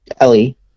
Ellie